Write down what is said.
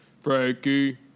Frankie